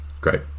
great